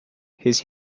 his